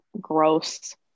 gross